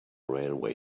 railway